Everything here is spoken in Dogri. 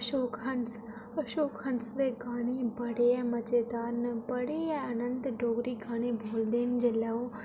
अशोक हंस अशोक हंस दे गाने बड़े मजेदार न बड़े गै आनंद डोगरी गाने बोलदे न जेल्लै ओह्